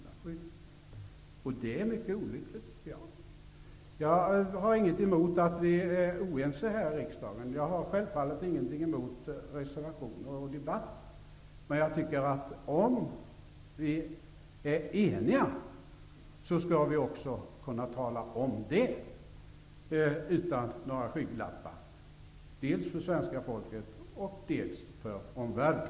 Detta tycker jag är mycket olyckligt. Jag har inget emot att vi är oense här i riksdagen. Jag har självfallet inget emot reservationer och debatter. Men jag tycker att om vi är eniga så skall vi också kunna tala om detta utan några skygglappar -- dels för svenska folket, dels för omvärlden.